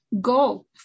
go